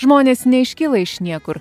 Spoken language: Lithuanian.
žmonės neiškyla iš niekur